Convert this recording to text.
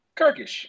Kirkish